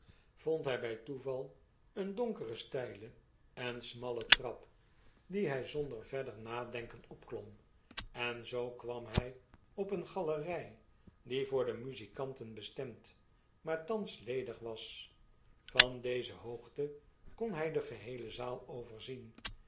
toeval een donkere steile en smalle trap die hg zonder verder nadenken opklom en zoo kwam hg op eene galerg die voor de muzikanten bestemd maar thans ledig was van deze hoogte kon hg de geheele